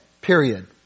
period